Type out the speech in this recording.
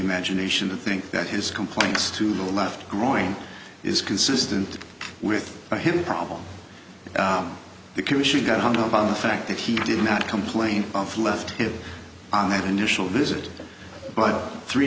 imagination to think that his complaints to the left growing is consistent with by him problem because she got hung up on the fact that he did not complain of left him on that initial visit but three